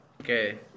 Okay